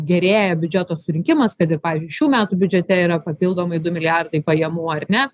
gerėja biudžeto surinkimas kad ir pavyzdžiui šių metų biudžete yra papildomai du milijardai pajamų ar ne